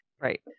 Right